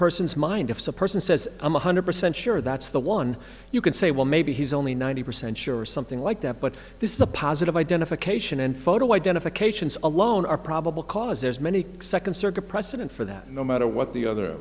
person's mind if the person says i'm one hundred percent sure that's the one you can say well maybe he's only ninety percent sure something like that but this is a positive identification and photo identification alone are probable cause as many second circuit precedent for that no matter what the other